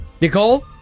nicole